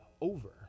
over